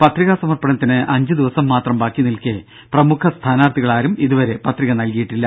പത്രികാ സമർപ്പണത്തിന് അഞ്ച് ദിവസം മാത്രം ബാക്കിനിൽക്കെ പ്രമുഖ സ്ഥാനാർത്ഥികളാരും ഇതുവരെ പത്രിക നൽകിയിട്ടില്ല